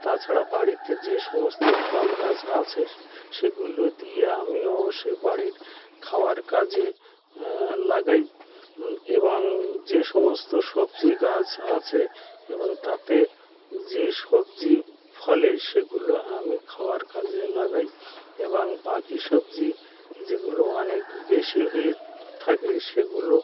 তাছাড়া বাড়িতে যে সমস্ত ফল গাছ আছে সেগুলো দিয়ে আমি অবশ্যই বাড়ির খাওয়ার কাজে লাগাই এবং আমি যে সমস্ত সবজি গাছ আছে এবং তাতে যে সবজি ফলে সেগুলো আমি খাওয়ার কাজে লাগাই এবং বাকি সবজি যেগুলো অনেক বেশি হয়ে থাকে সেগুলো